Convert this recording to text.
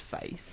face